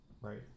Right